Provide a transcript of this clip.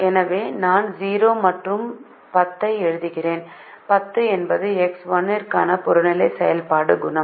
எனவே நான் 0 மற்றும் 10 ஐ எழுதுகிறேன் 10 என்பது X1 க்கான புறநிலை செயல்பாடு குணகம்